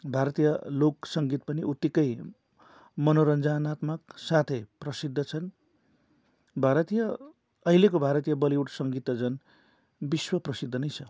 भारतीय लोक सङ्गीत पनि उत्तिकै मनोरञ्जनात्मक साथै प्रसिद्ध छन् भारतीय अहिलेको भारतीय बलिउड सङ्गीत त झन् विश्वप्रसिद्ध नै छ